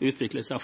seg.